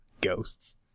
Ghosts